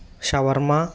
shawarma